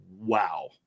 Wow